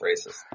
racist